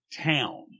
town